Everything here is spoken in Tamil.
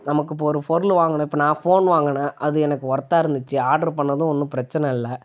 நமக்கு இப்போ ஒரு பொருள் வாங்கணும் இப்போ நான் ஃபோன் வாங்கினேன் அது எனக்கு ஒர்த்தா இருந்துச்சு ஆர்டர் பண்ணதும் ஒன்றும் பிரச்சின இல்லை